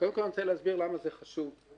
קודם כל, אני רוצה להסביר למה זה חשוב לענייננו.